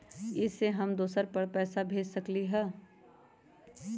इ सेऐ हम दुसर पर पैसा भेज सकील?